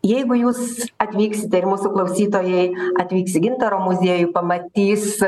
jeigu jūs atvyksite ir mūsų klausytojai atvyks į gintaro muziejų pamatys